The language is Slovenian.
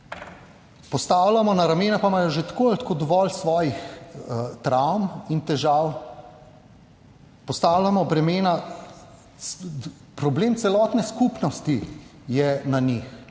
postavljamo na ramena, pa imajo že tako ali tako dovolj svojih travm in težav, bremena, problem celotne skupnosti je na njih.